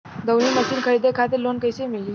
दऊनी मशीन खरीदे खातिर लोन कइसे मिली?